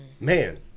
Man